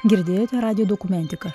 girdėjote radijo dokumentiką